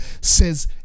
says